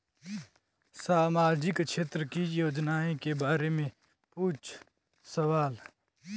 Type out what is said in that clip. सामाजिक क्षेत्र की योजनाए के बारे में पूछ सवाल?